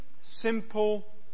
simple